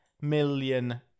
million